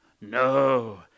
No